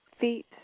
feet